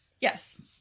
yes